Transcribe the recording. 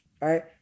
right